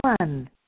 One